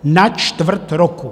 Na čtvrt roku!